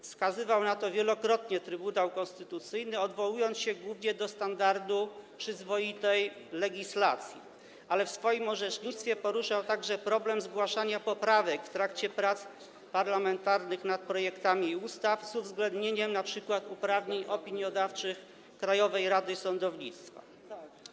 Wskazywał na to wielokrotnie Trybunał Konstytucyjny, odwołując się głównie do standardu przyzwoitej legislacji, ale w swoim orzecznictwie poruszał także problem zgłaszania poprawek w trakcie prac parlamentarnych nad projektami ustaw, z uwzględnieniem np. uprawnień opiniodawczych Krajowej Rady Sądownictwa.